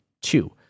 Two